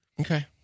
okay